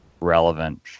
Relevant